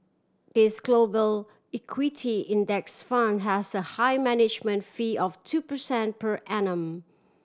this Global Equity Index Fund has a high management fee of two percent per annum